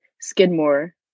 Skidmore